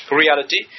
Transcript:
reality